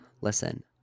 listen